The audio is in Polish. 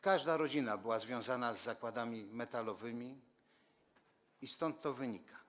Każda rodzina była związana z zakładami metalowymi i stąd to wynika.